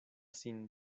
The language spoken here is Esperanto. sin